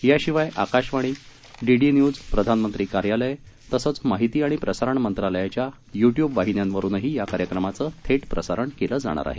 याशिवाय आकाशवाणी DD news प्रधानमंत्री कार्यालय तसंच माहिती आणि प्रसारण मंत्रालयाच्या युट्युब वाहिन्यांवरूनही या कार्यक्रमाचं थेट प्रसारण केलं जाणार आहे